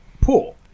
pool